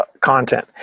content